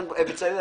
בצלאל,